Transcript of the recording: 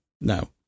no